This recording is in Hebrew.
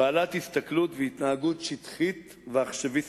בעלת הסתכלות והתנהגות שטחית ועכשוויסטית.